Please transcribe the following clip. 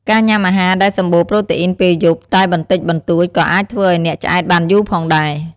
ការញ៉ាំអាហារដែលសម្បូរប្រតេអ៊ីនពេលយប់តែបន្តិចបន្តួចក៏អាចធ្វើឲ្យអ្នកឆ្អែតបានយូរផងដែរ។